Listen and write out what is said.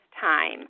time